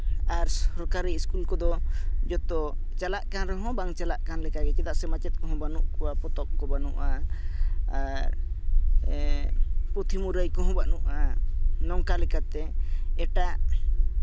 ᱟᱨ ᱥᱚᱨᱠᱟᱨᱤ ᱥᱠᱩᱞ ᱠᱚᱫᱚ ᱡᱚᱛᱚ ᱪᱟᱞᱟᱜ ᱠᱟᱱ ᱨᱮᱦᱚᱸ ᱵᱟᱝ ᱪᱟᱞᱟᱜ ᱠᱟᱱ ᱞᱮᱠᱟ ᱜᱮ ᱪᱮᱫᱟᱜ ᱥᱮ ᱢᱟᱪᱮᱫ ᱠᱚᱦᱚᱸ ᱵᱟᱹᱱᱩᱜ ᱠᱚᱣᱟ ᱯᱚᱛᱚᱵ ᱠᱚ ᱵᱟᱹᱱᱩᱜᱼᱟ ᱟᱨ ᱯᱩᱛᱷᱤ ᱢᱩᱨᱟᱹᱭ ᱠᱚᱦᱚᱸ ᱵᱟᱹᱱᱩᱜᱼᱟ ᱱᱚᱝᱠᱟ ᱞᱮᱠᱟᱛᱮ ᱮᱴᱟᱜ